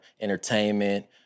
entertainment